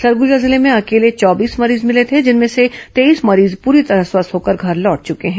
सरगुजा जिले में अकेले चौबीस मरीज मिले थे जिनमें से तेईस मरीज पूरी तरह स्वस्थ होकर घर लौट चुके हैं